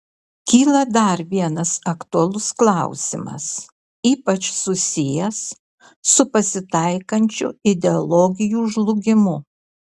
kyla dar vienas aktualus klausimas ypač susijęs su pasitaikančiu ideologijų žlugimu